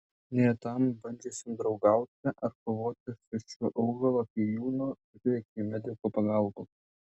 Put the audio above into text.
neretam bandžiusiam draugauti ar kovoti su šiuo augalu atėjūnu prireikė medikų pagalbos